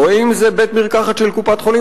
אם בית-מרקחת של קופת-חולים,